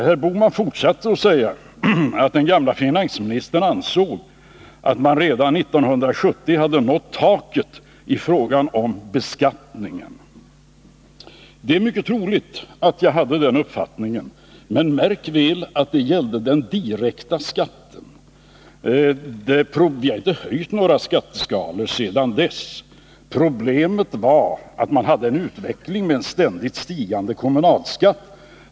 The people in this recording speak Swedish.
Herr Bohman fortsatte och sade att den gamle finansministern ansåg att man redan 1970 hade nått taket för beskattningen. Det är mycket troligt att jag hade den uppfattningen, men märk väl att det gällde den direkta skatten. Vi har ju inte höjt några skatteskalor sedan dess. Problemet var att det rådde en utveckling med ständigt stigande kommunalskatt.